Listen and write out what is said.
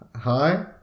Hi